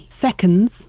seconds